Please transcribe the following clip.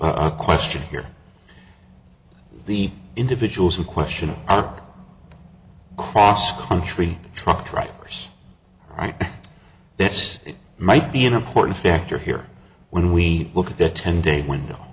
our question here the individuals who question our cross country truck drivers and that's it might be an important factor here when we look at the ten day window